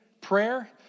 prayer